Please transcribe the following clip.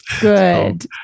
Good